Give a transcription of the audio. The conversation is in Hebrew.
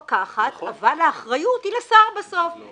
מי שיעמוד בוועדת חקירה זה יהיה השר,